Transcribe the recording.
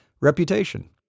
reputation